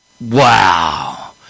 Wow